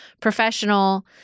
professional